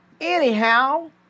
anyhow